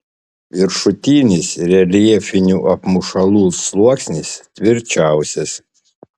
viršutinis reljefinių apmušalų sluoksnis tvirčiausias